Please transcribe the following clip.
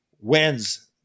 wins